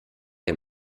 der